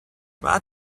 bad